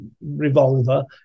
revolver